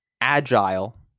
agile